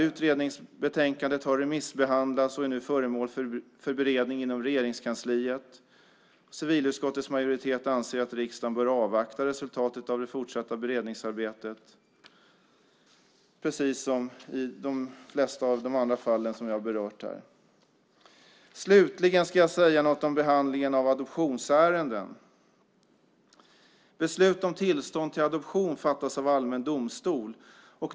Utredningsbetänkandet har remissbehandlats och är nu föremål för beredning inom Regeringskansliet. Civilutskottets majoritet anser att riksdagen bör avvakta resultatet av det fortsatta beredningsarbetet, precis som i de flesta andra fall som vi har berört här. Slutligen ska jag säga något om behandlingen av adoptionsärenden. Beslut om tillstånd till adoption fattas av allmän domstol.